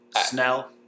Snell